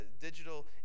digital